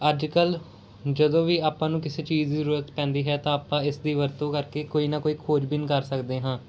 ਅੱਜ ਕੱਲ੍ਹ ਜਦੋਂ ਵੀ ਆਪਾਂ ਨੂੰ ਕਿਸੇ ਚੀਜ਼ ਜ਼ਰੂਰਤ ਪੈਂਦੀ ਹੈ ਤਾਂ ਆਪਾਂ ਇਸ ਦੀ ਵਰਤੋਂ ਕਰਕੇ ਕੋਈ ਨਾ ਕੋਈ ਖੋਜਬੀਨ ਕਰ ਸਕਦੇ ਹਾਂ